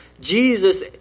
Jesus